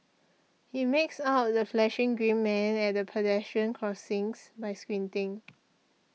he makes out the flashing green man at pedestrian crossings by squinting